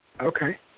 Okay